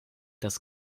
das